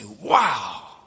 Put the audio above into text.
wow